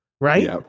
right